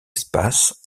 espaces